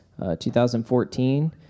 2014